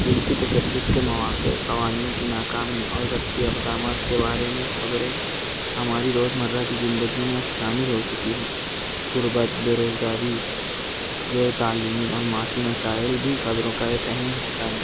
جنسی تشدد کے مواقع قوانین کی ناکامی اور ضبطی اقدامات کے بارے میں خبریں ہماری روزمرہ کی زندگی میں اب شامل ہو چکی ہیں غربت بےروزگاری زیر تعلیمی اور معاشی مسائل بھی خبروں کا ایک اہم حصہ ہیں